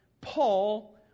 Paul